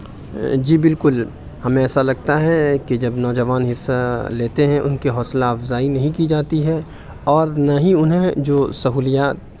جی بالکل ہمیں ایسا لگتا ہے کہ جب نوجوان حصہ لیتے ہیں ان کی حوصلہ افزائی نہیں کی جاتی ہے اور نہ ہی انہیں جو سہولیات